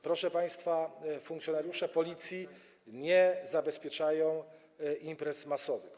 Proszę państwa, funkcjonariusze Policji nie zabezpieczają imprez masowych.